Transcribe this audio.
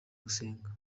gusenga